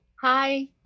Hi